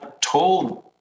told